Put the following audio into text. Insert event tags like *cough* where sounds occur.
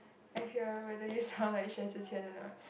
I hear whether you sound like *breath* Xue-Zhi-Qian or not